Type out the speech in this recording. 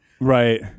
Right